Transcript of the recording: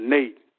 Nate